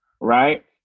right